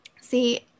See